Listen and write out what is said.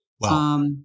Wow